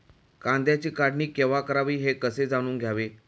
कांद्याची काढणी केव्हा करावी हे कसे जाणून घ्यावे?